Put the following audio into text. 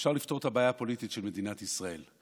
אפשר לפתור את הבעיה הפוליטית של מדינת ישראל,